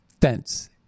fence